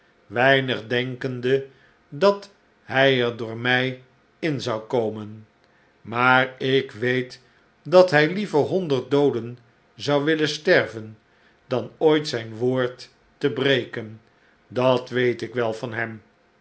weinig denkende dat hy er door mij in zou komen maar ik weet dat hij liever honderd dooden zou willen sterven dan ooit zijn woord te breken dat weet ik wel van hem